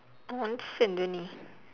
nonsense only